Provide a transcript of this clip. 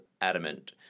adamant